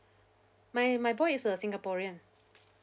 my my boy is a singaporean